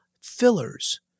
fillers